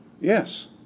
yes